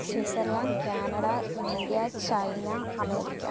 Switzerland Canada India China America